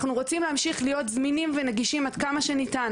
אנחנו רוצים להמשיך להיות זמינים ונגישים עד כמה שניתן.